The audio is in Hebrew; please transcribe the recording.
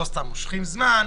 לא סתם מושכים זמן.